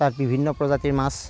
তাত বিভিন্ন প্ৰজাতিৰ মাছ